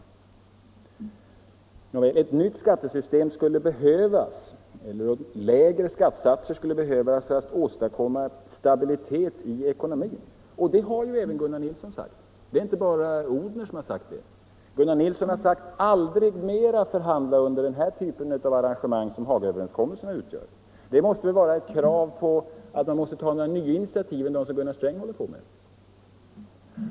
Nåväl, ett nytt skattesystem eller lägre skattesatser skulle behövas för att åstadkomma stabilitet i ekonomin, och det har även Gunnar Nilsson sagt. Det är inte bara herr Odhner som hävdat detta. Gunnar Nilsson har sagt: Aldrig mera förhandlingar med den typ av arrangemang som Hagaöverenskommelsen utgör. Det bör väl övertyga herr Sträng om att det behövs andra initiativ än de som han själv överväger.